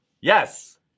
Yes